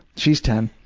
she's ten,